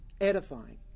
edifying